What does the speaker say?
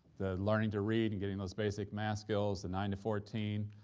the learning to read and getting those basic math skills. the nine to fourteen,